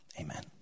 Amen